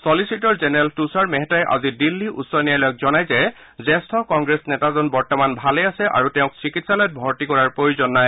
চলিছিটিৰ general Tushar মেহতাই আজি দিল্লী উচ্চ ন্যায়ালয়ক জনায় যে জ্যেষ্ঠ কংগ্ৰেছ নেতাজন বৰ্তমান ভালে আছে আৰু তেওঁক চিকিৎসালয়ত ভৰ্তি কৰাৰ প্ৰয়োজন নাই